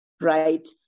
right